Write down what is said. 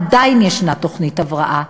עדיין יש תוכנית הבראה,